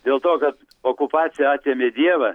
dėl to kad okupacija atėmė dievą